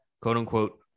quote-unquote